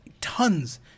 tons